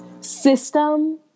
system